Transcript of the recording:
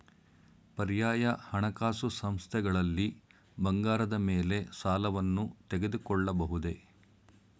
ಪರ್ಯಾಯ ಹಣಕಾಸು ಸಂಸ್ಥೆಗಳಲ್ಲಿ ಬಂಗಾರದ ಮೇಲೆ ಸಾಲವನ್ನು ತೆಗೆದುಕೊಳ್ಳಬಹುದೇ?